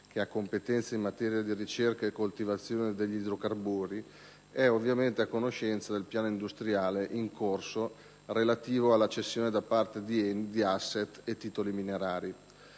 che ha competenza in materia di ricerca e coltivazione di idrocarburi, è a conoscenza del piano industriale in corso relativo alla cessione da parte di ENI di *asset* e titoli minerari.